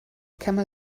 camel